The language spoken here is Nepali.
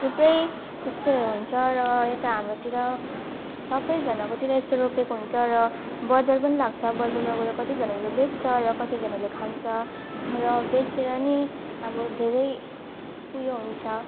थुप्रै त्यस्तो हुन्छ र यता हाम्रोतिर सबैजनाकोतिर यस्तो रोपेको हुन्छ र बजार पनि लाग्छ बजारमा गएर कतिजनाले बेच्छ र कतिजनाले खान्छ र बेचेर पनि अब धेरै उयो हुन्छ